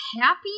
Happy